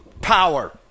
power